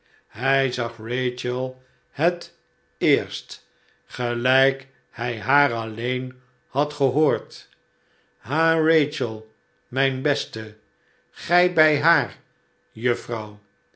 hij zag rachel het eerst gelijk hij haar alleen had gehoord ha rachel mijn beste gij bij haar juffrouw